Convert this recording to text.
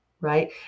right